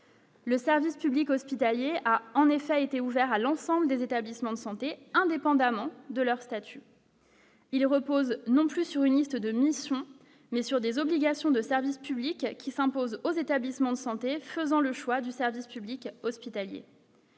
Le service public hospitalier a en effet été ouvert à l'ensemble des établissements de santé, indépendamment de leur statut. Il repose non plus sur une liste de mission mais sur des obligations de service public qui s'impose aux établissements de santé, faisant le choix du service public hospitalier.